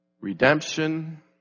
redemption